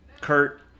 Kurt